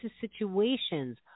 situations